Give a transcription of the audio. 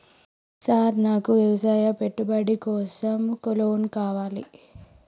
Sir నాకు వ్యవసాయ పెట్టుబడి కోసం లోన్ కావాలి?